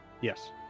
Yes